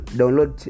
download